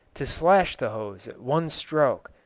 to slash the hose at one stroke,